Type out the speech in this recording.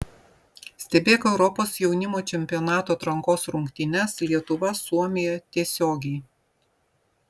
stebėk europos jaunimo čempionato atrankos rungtynes lietuva suomija tiesiogiai